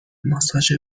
ماساژ